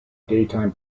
daytime